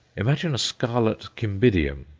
imagine a scarlet cymbidium!